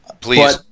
Please